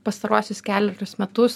pastaruosius kelerius metus